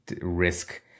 risk